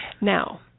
Now